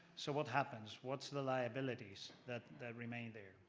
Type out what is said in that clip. so what happens? what is the liabilities that that remain there?